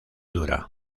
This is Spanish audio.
dura